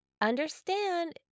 understand